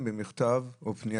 במכתב או פנייה,